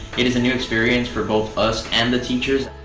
it is a new experience for both us and the teachers.